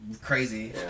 Crazy